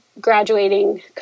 graduating